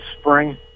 spring